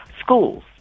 schools